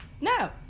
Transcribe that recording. No